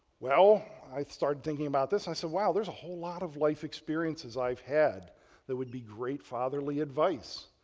well, i'd start thinking about this. i said, wow. there's a whole lot of life experiences i've had that would be great fatherly advice.